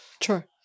Sure